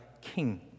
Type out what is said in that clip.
king